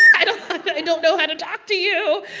i don't know how to talk to you.